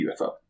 UFO